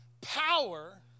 power